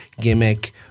gimmick